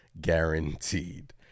guaranteed